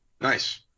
Nice